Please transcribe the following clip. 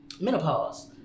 menopause